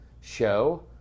show